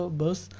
bus